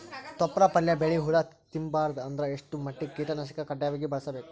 ತೊಪ್ಲ ಪಲ್ಯ ಬೆಳಿ ಹುಳ ತಿಂಬಾರದ ಅಂದ್ರ ಎಷ್ಟ ಮಟ್ಟಿಗ ಕೀಟನಾಶಕ ಕಡ್ಡಾಯವಾಗಿ ಬಳಸಬೇಕು?